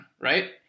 right